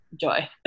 joy